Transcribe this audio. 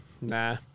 Nah